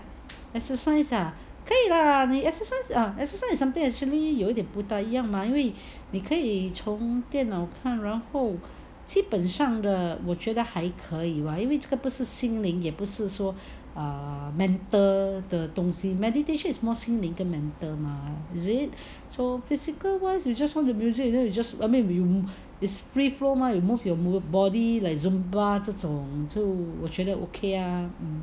exercise ah 可以 lah exercise ah exercise is something actually 有点不太一样 mah 因为你可以从电脑看然后基本上的我觉得还可以 [what] 因为这个东西不是心灵也不是说 mental 的东西 meditation is mostly 心灵跟 mental mah is it so physical wise you just want music you know is free flow mah you move your body like zumba 这种就我觉得 okay ah